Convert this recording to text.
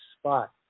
spot